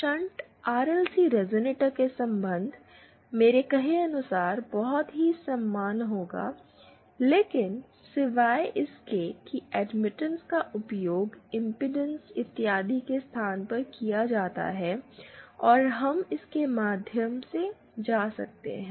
और एक shunt RLC resonator के संबंध मेरे कहे अनुसार बहुत ही समान होंगे लेकिन सिवाय इसके कि एडमिटेंस का उपयोग इंपेडेंस इत्यादि के स्थान पर किया जाता है और हम इसके माध्यम से जा सकते हैं